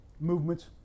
Movements